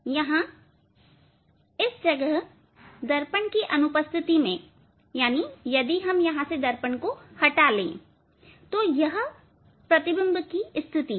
यहां इस जगह दर्पण की अनुपस्थिति में यदि दर्पण हम यहां से हटा लें तो यह प्रतिबिंब की स्थिति है